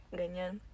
ganyan